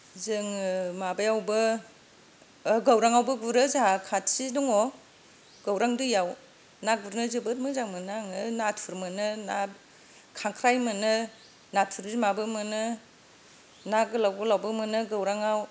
जोङो माबायावबो गौरांआवबो गुरो जोंहा खाथि दङ गौरां दैयाव ना गुरनो जोबोद मोजां मोनो आङो नाथुर मोनो ना खांख्राइ मोनो नाथुर बिमाबो मोनो ना गोलाव गोलावबो मोनो गौरांआव